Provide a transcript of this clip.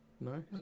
No